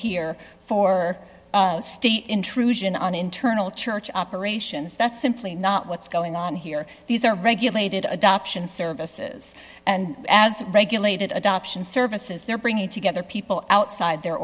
here for state intrusion on internal church operations that's simply not what's going on here these are regulated adoption services and as regulated adoption services they're bringing together people outside their